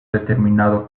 determinado